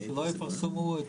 לא יפרסמו?